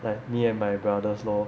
like me and my brothers lor